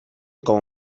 como